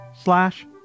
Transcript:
slash